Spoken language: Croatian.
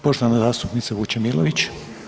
Poštovana zastupnica Vučemilović.